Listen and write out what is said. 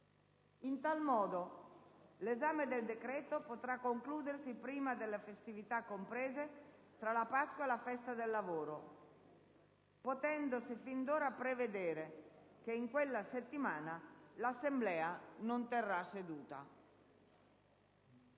In tal modo, l'esame del decreto potrà concludersi prima delle festività comprese tra la Pasqua e la Festa del Lavoro, potendosi fin d'ora prevedere che in quella settimana l'Assemblea non terrà seduta.